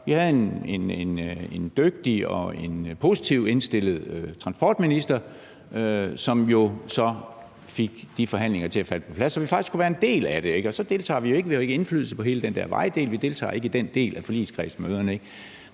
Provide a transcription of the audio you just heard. Vi havde en dygtig og positivt indstillet transportminister, som jo så fik de forhandlinger til at falde på plads, så vi faktisk kunne være en del af det. Og så deltager vi ikke og har ikke indflydelse på hele den der vejdel; vi deltager ikke i den del af forligskredsmøderne.